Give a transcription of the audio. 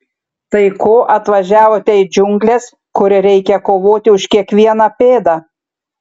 tai ko atvažiavote į džiungles kur reikia kovoti už kiekvieną pėdą